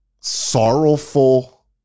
sorrowful